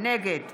נגד